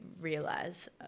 realize